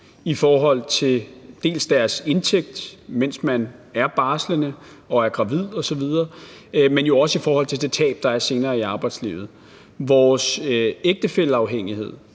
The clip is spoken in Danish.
i forhold til deres indtægt, mens man er barslende og er gravid osv., men jo også i forhold til det tab, der er senere i arbejdslivet. Vores ægtefælleafhængighed,